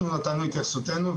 אנחנו נתנו התייחסותנו.